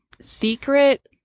Secret